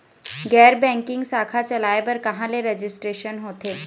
गैर बैंकिंग शाखा चलाए बर कहां ले रजिस्ट्रेशन होथे?